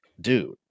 Dude